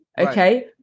Okay